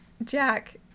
Jack